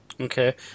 Okay